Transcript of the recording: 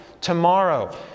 tomorrow